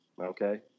Okay